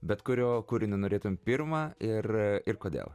bet kurio kūrinio norėtum pirma ir ir kodėl